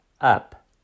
up